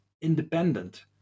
independent